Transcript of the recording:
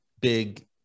big